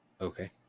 okay